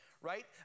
right